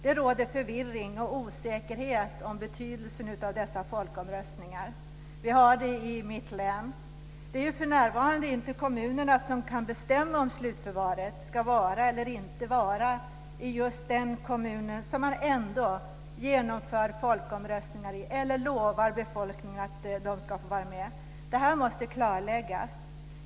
Det råder förvirring och osäkerhet om betydelsen av dessa folkomröstningar. Vi har det i mitt län. Det är för närvarande inte kommunerna som kan bestämma om ifall slutförvaret ska vara eller inte vara i just den kommunen. Ändå genomför man folkomröstningar eller lovar befolkningen att den ska få vara med. Det här måste klarläggas.